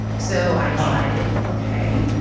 so i decided, ok,